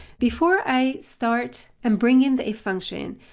before i start and bring in the if function,